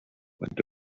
went